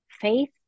faith